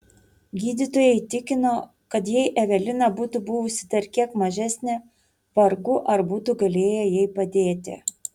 gydytojai tikino kad jei evelina būtų buvusi dar kiek mažesnė vargu ar būtų galėję jai padėti